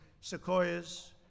sequoias